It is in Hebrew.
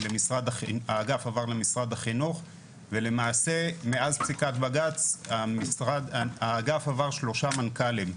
האגף עבר למשרד החינוך ומאז פסיקת בג"ץ האגף עבר שלושה מנכ"לים.